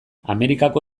amerikako